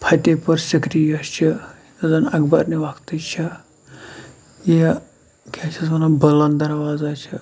فتح پوٗر سِکری یۄس چھِ یُس زَن اکبرنہِ وقتٕس چھےٚ یا کیٛاہ چھِ اَتھ وَنان بُلنٛد دروازہ چھِ